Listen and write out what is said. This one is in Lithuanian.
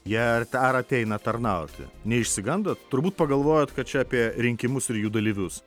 jie dar ateina tarnauti neišsigandot turbūt pagalvojot kad čia apie rinkimus ir jų dalyvius